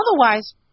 Otherwise